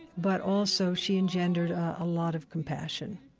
but also she engendered a lot of compassion.